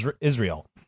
Israel